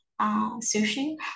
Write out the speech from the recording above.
sushi